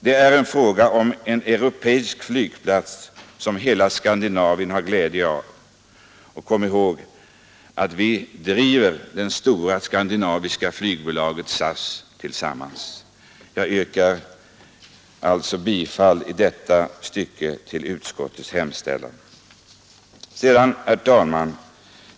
Det är en fråga om en europeisk flygplats som hela Skandinavien har glädje av. Och kom ihåg att vi driver det stora skandinaviska flygbolaget SAS tillsammans! Jag yrkar alltså i detta stycke bifall till utskottets hemställan. Herr talman!